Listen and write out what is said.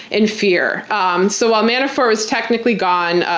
and fear. um so while manafort is technically gone,